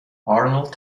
arnold